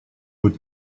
would